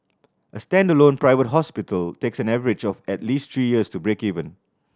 a standalone private hospital takes an average of at least three years to break even